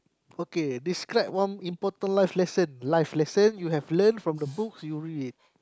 okay describe one important life lesson life lesson you have learned from the books you read